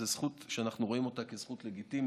זו זכות שאנחנו רואים אותה כזכות לגיטימית,